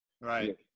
Right